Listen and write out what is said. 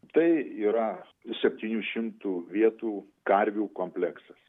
tai yra septynių šimtų vietų karvių kompleksas